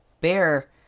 bear